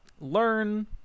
learn